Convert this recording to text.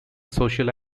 social